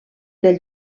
del